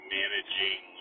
managing